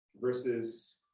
versus